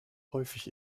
häufig